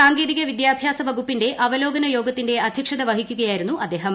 സാങ്കേതിക വിദ്യാഭ്യാസ വകുപ്പിന്റെ അവലോകന യോഗത്തിന്റെ അധ്യക്ഷത വഹിക്കുകയായിരുന്നു അദ്ദേഹം